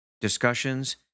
discussions